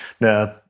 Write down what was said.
Now